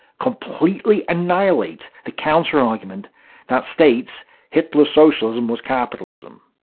completely annihilate the counterargument that states hitler's socialism was capitalism.